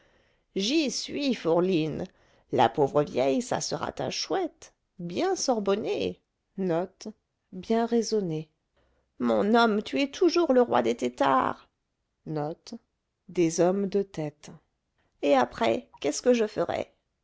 j'y suis fourline la pauvre vieille ça sera ta chouette bien sorbonné mon homme tu es toujours le roi des têtards et après qu'est-ce que je ferai